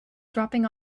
dropping